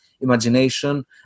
imagination